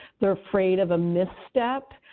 they're afraid of a misstep.